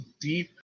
deep